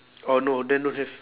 oh no then don't have